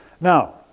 Now